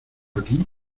aquí